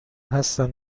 هستن